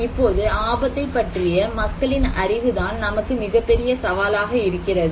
இப்போது ஆபத்தை பற்றிய மக்களின் அறிவுதான் நமக்கு மிகப்பெரிய சவாலாக இருக்கிறது